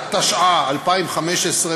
התשע"ה 2015,